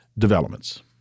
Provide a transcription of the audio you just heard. developments